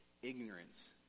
ignorance